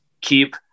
keep